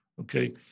okay